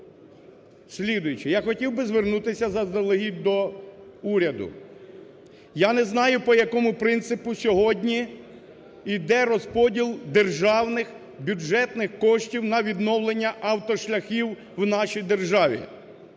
Я хотів би звернутися заздалегідь до уряду. Я не знаю, по якому принципу сьогодні йде розподіл державних бюджетних коштів на відновлення автошляхів у нашій державі.